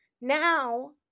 now